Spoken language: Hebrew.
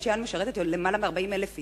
שבית-שאן משרתת למעלה מ-40,000 איש,